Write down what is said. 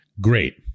Great